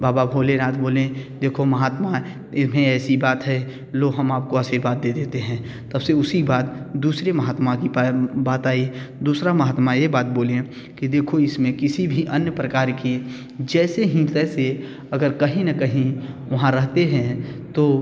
बाबा भोलेनाथ बोले देखो महात्मा इन्हें ऐसी बात है लो हम आपको आशीर्वाद दे देते हैं तब से उसी बात दूसरे महात्मा कि बात आई दूसरा महात्मा यह बात बोलें कि देखो इसमें किसी भी अन्य प्रकार के जैसे हीं तैसे अगर कहीं न कहीं वहाँ रहते हैं तो